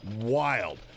wild